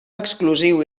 exclusiu